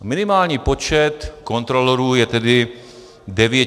Minimální počet kontrolorů je tedy 9 169.